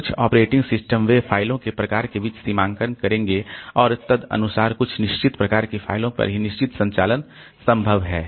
कुछ operating system वे फाइलों के प्रकारों के बीच सीमांकन करेंगे और तदनुसार कुछ निश्चित प्रकार की फाइलों पर ही निश्चित संचालन संभव है